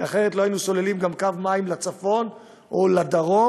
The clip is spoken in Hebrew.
כי אחרת לא היינו סוללים גם קו מים לצפון או לדרום.